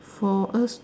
for us